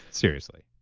seriously?